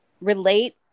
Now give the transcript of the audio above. relate